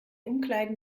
umkleiden